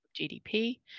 GDP